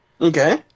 Okay